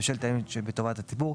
בשל טעמים שבטובת הציבור,